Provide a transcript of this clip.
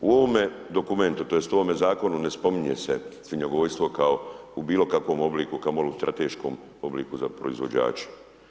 U ovome dokumentu, tj. u ovome zakonu ne spominje se svinjogojstvo kao u bilo kakvom obliku kamo li u strateškom obliku za proizvođače.